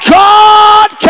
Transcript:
god